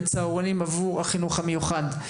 בנושא הצהרונים עבור החינוך המיוחד.